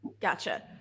Gotcha